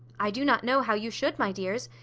i do not know how you should, my dears.